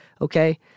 okay